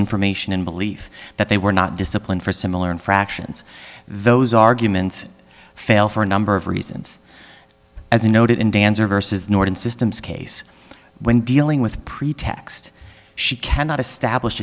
information and belief that they were not disciplined for similar infractions those arguments fail for a number of reasons as you noted in dan's or vs norton systems case when dealing with pretext she cannot establish